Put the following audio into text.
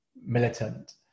militant